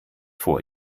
vor